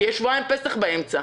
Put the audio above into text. כי יש שבועיים פסח באמצע.